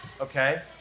Okay